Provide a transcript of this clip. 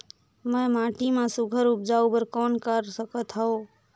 मैं माटी मा सुघ्घर उपजाऊ बर कौन कर सकत हवो?